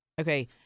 Okay